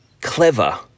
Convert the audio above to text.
clever